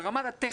ברמה הטכנית,